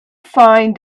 find